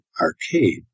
Arcade